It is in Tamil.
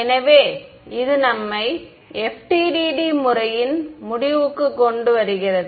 எனவே இது நம்மை FDTD முறையின் முடிவுக்கு கொண்டு வருகிறது